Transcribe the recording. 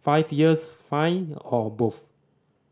five years fined or both